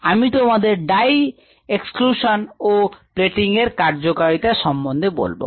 আমি তোমাদের dye exclusion ও plating এর কার্যকারিতা সম্বন্ধে বলব